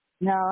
No